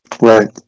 Right